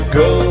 go